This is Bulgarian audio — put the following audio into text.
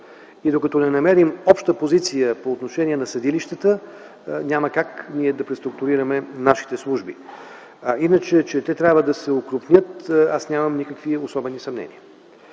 Докато не намерим обща позиция по отношение на съдилищата, няма как ние да преструктурираме нашите служби. Иначе, че те трябва да се окрупнят, аз нямам никакви особени съмнения.